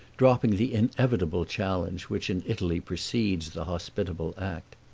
dropping the inevitable challenge which in italy precedes the hospitable act.